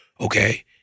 okay